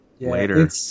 later